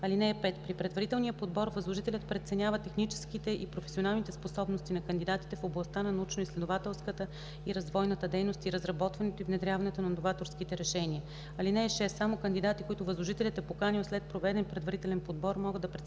(5) При предварителния подбор възложителят преценява техническите и професионалните способности на кандидатите в областта на научноизследователската и развойната дейност и разработването и внедряването на новаторски решения. (6) Само кандидати, които възложителят е поканил след проведен предварителен подбор, могат да представят